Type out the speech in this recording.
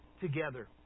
together